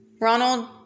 Ronald